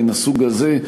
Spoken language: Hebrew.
מן הסוג הזה,